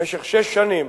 במשך שש שנים,